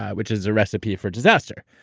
ah which is a recipe for disaster.